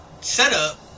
setup